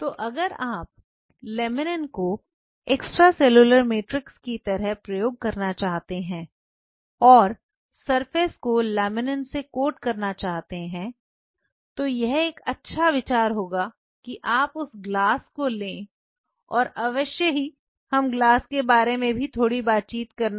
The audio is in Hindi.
तो अगर आप लैमिनिन को एक्सट्रेसेल्यूलर मैट्रिक्स की तरह प्रयोग करना चाहते हैं और सरफेस को लैमिनिन से कोट करना चाहते हैं तो यह एक अच्छा विचार होगा कि आप उस ग्लास को ले और अवश्य ही हमें ग्लास के बारे में भी थोड़ी बातचीत करनी है